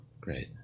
great